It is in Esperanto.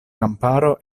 kamparo